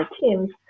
Teams